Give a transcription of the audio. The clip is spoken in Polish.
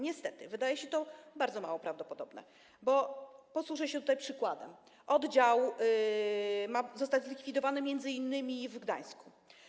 Niestety wydaje się to bardzo mało prawdopodobne, bo - posłużę się tutaj przykładem - oddział ma zostać zlikwidowany m.in w Gdańsku.